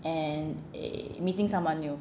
and eh meeting someone new